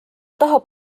tahab